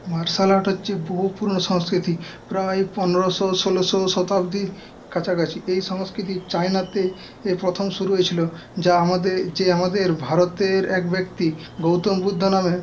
martial art হচ্ছে বহু পুরনো সংস্কৃতি প্রায় পনেরোশো ষোলোশো শতাব্দী কাছাকাছি এই সংস্কৃতির চায়নাতে প্রথম শুরু হয়েছিল যা আমাদের যে আমাদের ভারতের এক ব্যক্তি গৌতম বুদ্ধ নামে